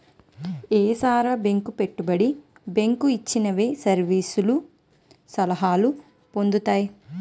ఏసార bank పెట్టుబడి bank ఇవిచ్చే service సలహాలు పొందుతాయి